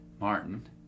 Martin